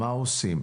מה עושים.